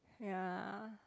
ya